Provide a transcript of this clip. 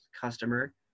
customer